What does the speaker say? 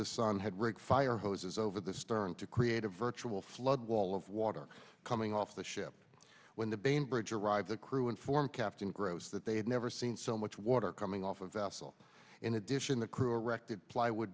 the sun had raked fire hoses over the stern to create a virtual flood wall of water coming off the ship when the bainbridge arrived the crew informed captain gross that they had never seen so much water coming off a vessel in addition the crew erected plywood